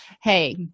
hey